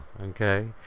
okay